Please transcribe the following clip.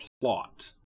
plot